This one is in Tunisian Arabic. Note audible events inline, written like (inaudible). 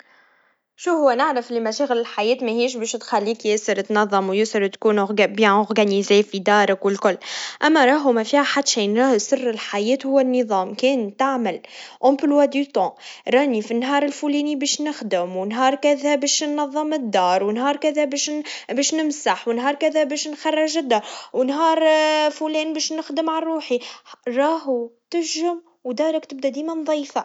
شو هوا نعرف للي مشاغل الحياة مهياش باش تخليك ياسر تنظم, وياسر تكون منظم بشكل جيد في دارك والكل, أما راهو مافيها حد شين راهو سر الحياة والنظام, كان تعمل جدول مواعيد, راني فالنهار الفلاني, باش نخدم, نهار كذا باش ننظم الدار, ونهار كذا باش- باش نمسح, ونهار كذا باش نخرج الدار, ونهار (hesitation) فلان باش نخدم ع روحي, راهو تجم, ودارك تبدا ديما نضيفا.